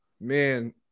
man